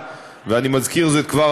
ואנחנו נדון על כך בוודאי בוועדה.